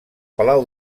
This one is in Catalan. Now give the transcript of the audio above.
palau